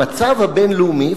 המצב הבין-לאומי,